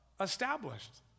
established